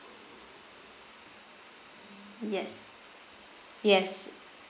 yes yes